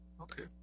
Okay